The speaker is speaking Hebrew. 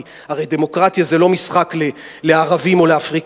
כי הרי דמוקרטיה זה לא משחק לערבים או לאפריקנים.